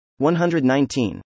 119